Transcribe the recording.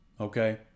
okay